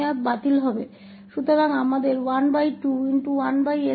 तो हमारे पास 121s2 है